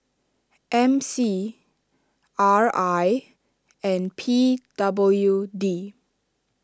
M C R I and P W D